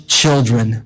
children